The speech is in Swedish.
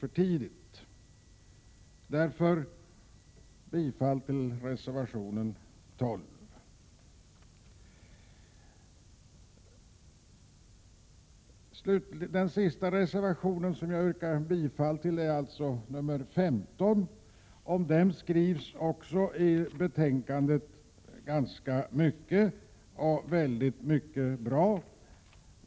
Jag yrkar därför bifall till reservation 12. Den sista reservationen jag yrkar bifall till är reservation 15. Det skrivs ganska mycket i betänkandet även om den. Mycket av det är väldigt bra.